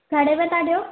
घणे में था ॾियो